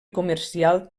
comercial